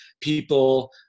people